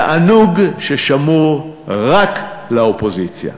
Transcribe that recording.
תענוג ששמור רק לאופוזיציה.